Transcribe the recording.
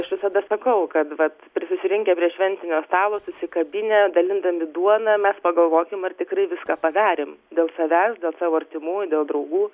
aš visada sakau kad vat pri susirinkę prie šventinio stalo susikabinę dalindami duoną mes pagalvokim ar tikrai viską padarėm dėl savęs dėl savo artimųjų dėl draugų